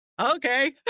Okay